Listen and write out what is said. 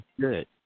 good